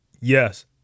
Yes